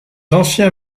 anciens